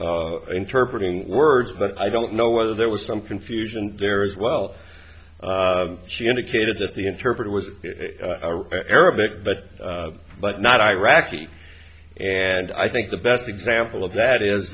ing interpret ing words but i don't know whether there was some confusion there as well she indicated that the interpreter was arabic but but not iraqi and i think the best example of that is